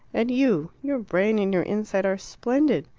and you your brain and your insight are splendid.